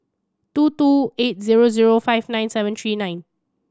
two two eight zero zero five nine seven three nine